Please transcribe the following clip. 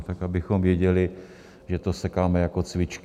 Tak abychom věděli, že to sekáme jako cvičky.